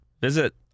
Visit